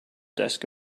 desk